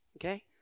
Okay